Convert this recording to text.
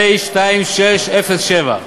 פ/2607.